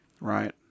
right